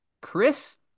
Chris